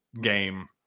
game